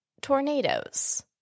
tornadoes